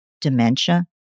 dementia